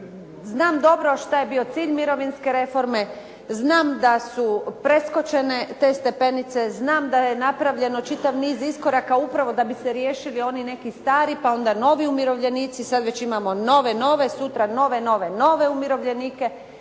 Znam dobro što je bio cilj mirovinske reforme, znam da su preskočene te stepenice, znam da je napravljeno čitav niz iskoraka upravo da bi se riješili oni neki stari pa onda novi umirovljenici, sad već imamo nove, nove, sutra nove, nove, nove umirovljenike